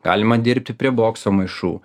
galima dirbti prie bokso maišų